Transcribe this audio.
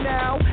now